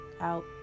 out